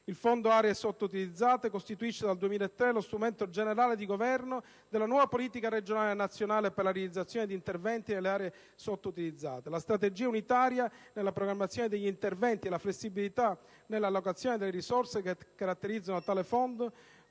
Il Fondo aree sottoutilizzate costituisce dal 2003 lo strumento generale di governo della nuova politica regionale nazionale per la realizzazione di interventi nelle aree sottoutilizzate. La strategia unitaria nella programmazione degli interventi e la flessibilità nell'allocazione delle risorse, che caratterizzano tale Fondo,